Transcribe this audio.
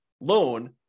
loan